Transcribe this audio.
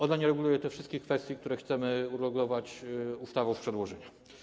Ona nie reguluje tych wszystkich kwestii, które chcemy uregulować ustawą z przedłożenia.